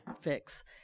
fix